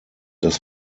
dass